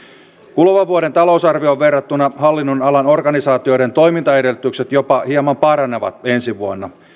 kuluvan vuoden talousarvioon verrattuna hallinnonalan organisaatioiden toimintaedellytykset jopa hieman paranevat ensi vuonna